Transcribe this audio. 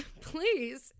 please